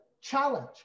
challenge